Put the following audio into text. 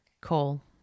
call